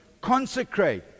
consecrate